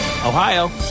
Ohio